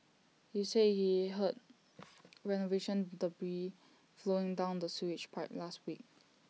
he said he heard renovation debris flowing down the sewage pipe last week